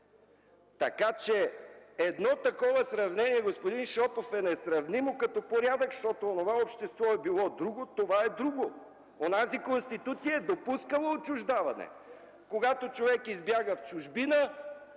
Така че едно такова сравнение, господин Шопов, е несравнимо като порядък, защото онова общество е било друго, а това е друго. Онази Конституция е допускала отчуждаване. Когато човек избяга в чужбина,